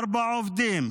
ארבעה עובדים,